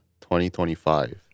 2025